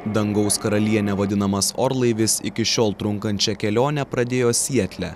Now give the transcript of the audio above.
dangaus karaliene vadinamas orlaivis iki šiol trunkančią kelionę pradėjo sietle